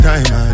Time